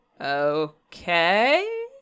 Okay